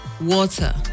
water